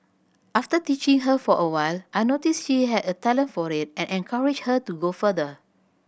after teaching her for a while I noticed she had a talent for it and encouraged her to go further